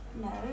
No